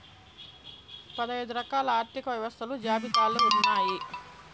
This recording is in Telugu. పదైదు రకాల ఆర్థిక వ్యవస్థలు జాబితాలు ఉన్నాయి